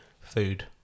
Food